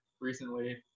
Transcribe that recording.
recently